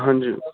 ਹਾਂਜੀ